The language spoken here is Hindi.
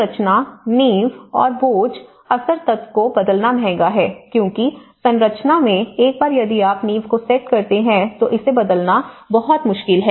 संरचना नींव और बोझ असर तत्व को बदलना महंगा है क्योंकि संरचना में एक बार यदि आप नींव को सेट करते हैं तो इसे बदलना बहुत मुश्किल है